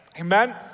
Amen